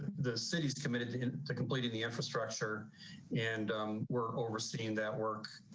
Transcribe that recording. the city's committed to and to completing the infrastructure and we're overseeing that work.